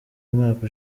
umwaka